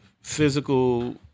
physical